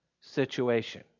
situation